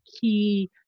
key